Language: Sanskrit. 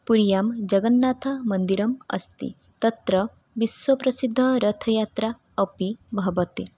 पुर्यां जगन्नाथमन्दिरम् अस्ति तत्र विश्वप्रसिद्धरथयात्रा अपि भवति